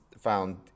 found